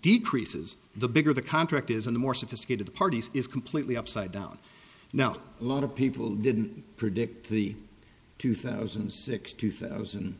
decreases the bigger the contract is in the more sophisticated parties is completely upside down now a lot of people didn't predict the two thousand and six two thousand